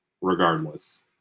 regardless